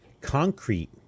concrete